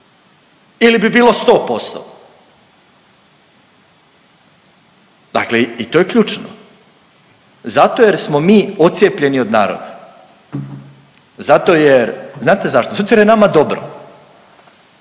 ili bi bilo sto posto. Dakle i to je ključno, zato jer smo mi odcijepljeni od naroda, zato jer, znate zašto? Zato jer je nama dobro